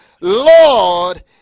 Lord